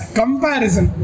comparison